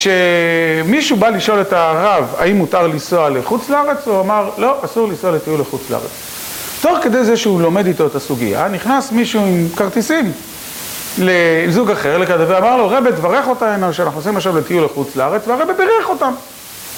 כשמישהו בא לשאול את הרב האם מותר לנסוע לחוץ לארץ, הוא אמר לא, אסור לנסוע לטיול לחוץ לארץ, תוך כדי זה שהוא לומד איתו את הסוגיה, נכנס מישהו עם כרטיסים לזוג אחר, ואמר לו רבא, תברך אותנו שאנחנו נוסעים עכשיו לטיול לחוץ לארץ והרבא ברך אותם